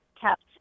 kept